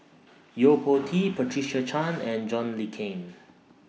Yo Po Tee Patricia Chan and John Le Cain